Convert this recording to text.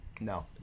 No